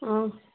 إں